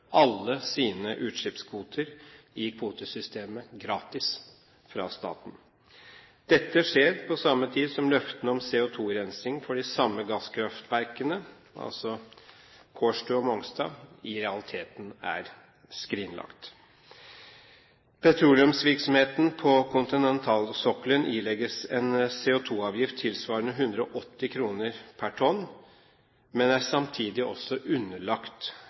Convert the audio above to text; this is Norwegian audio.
alle sine utslippskvoter i kvotesystemet gratis fra staten. Dette skjer på samme tid som løftene om CO2-rensing for de samme gasskraftverkene, altså Kårstø og Mongstad, i realiteten er skrinlagt. Petroleumsvirksomheten på kontinentalsokkelen ilegges en CO2-avgift tilsvarende 180 kr per tonn, men er samtidig også underlagt